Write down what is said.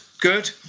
good